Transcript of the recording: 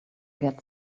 get